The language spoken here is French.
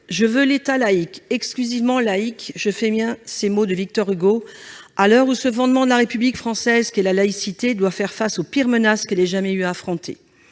« Je veux l'État laïque, exclusivement laïque. » Je fais miens ces mots de Victor Hugo à l'heure où ce fondement de la République française qu'est la laïcité doit faire face aux pires menaces qu'elle ait jamais eu à affronter.